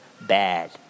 bad